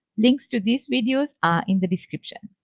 links to these videos are in the description.